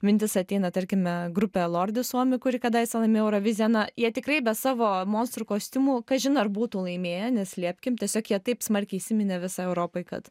mintis ateina tarkime grupė lordi suomių kuri kadaise laimėjo euroviziją na jie tikrai be savo monstrų kostiumų kažin ar būtų laimėję neslėpkim tiesiog jie taip smarkiai įsiminė visai europai kad